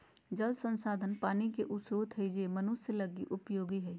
जल संसाधन पानी के उ स्रोत हइ जे मनुष्य लगी उपयोगी हइ